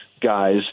guys